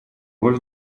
роль